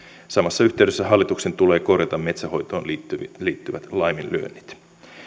samassa yhteydessä hallituksen tulee korjata metsänhoitoon liittyvät liittyvät laiminlyönnit